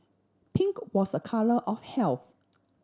pink was a colour of health